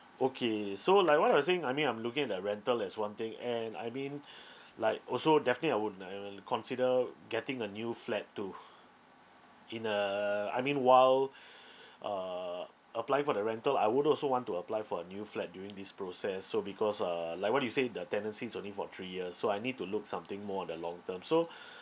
okay so like what you're saying I mean I'm looking at the rental that's one thing and I mean like also definitely I would I will consider getting a new flat to in a I mean while uh applying for the rental I would also want to apply for a new flat during this process so because uh like what you said the tenancy is only for three years so I need to look something more in the long term so